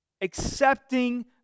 accepting